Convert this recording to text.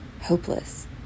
hopeless